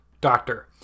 doctor